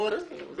בסדר.